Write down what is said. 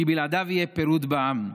כי בלעדיו יהיה פירוד בעם.